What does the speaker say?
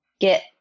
get